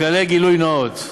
לכללי גילוי נאות,